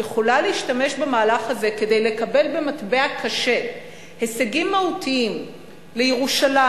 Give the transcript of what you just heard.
יכולה להשתמש במהלך הזה כדי לקבל במטבע קשה הישגים מהותיים לירושלים,